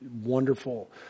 wonderful